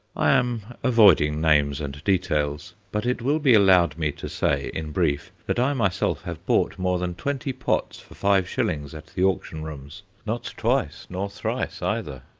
i am avoiding names and details, but it will be allowed me to say, in brief, that i myself have bought more than twenty pots for five shillings at the auction-rooms, not twice nor thrice either.